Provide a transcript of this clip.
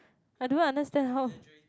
I don't understand how